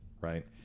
right